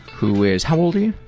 who is how old are you?